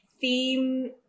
theme